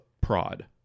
prod